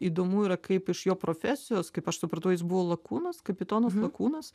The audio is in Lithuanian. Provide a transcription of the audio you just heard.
įdomu yra kaip iš jo profesijos kaip aš supratau jis buvo lakūnas kapitonas lakūnas